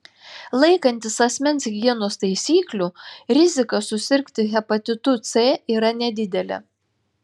laikantis asmens higienos taisyklių rizika susirgti hepatitu c yra nedidelė